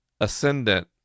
ascendant